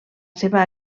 seva